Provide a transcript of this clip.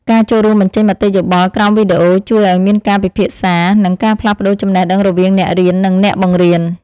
ការចូលរួមបញ្ចេញមតិយោបល់ក្រោមវីដេអូជួយឱ្យមានការពិភាក្សា និងការផ្លាស់ប្តូរចំណេះដឹងរវាងអ្នករៀននិងអ្នកបង្រៀន។